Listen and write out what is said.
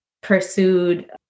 pursued